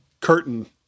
curtain